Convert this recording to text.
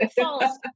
false